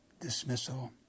dismissal